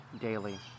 daily